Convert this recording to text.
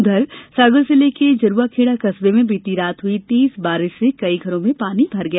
उधर सागर जिले के जरूवाखेड़ा कस्बे में बीती रात हुई तेज बारिश से कई घरों में पानी भर गया